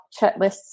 checklists